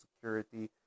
security